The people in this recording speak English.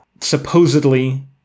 Supposedly